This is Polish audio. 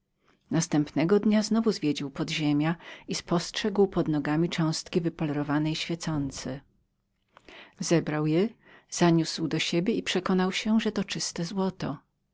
drugiego dnia znowu zwiedził podziemia i spostrzegł pod nogami cząstki wypolerowane i świecące zebrał je zaniósł do siebie i przekonał się że to było czyste złoto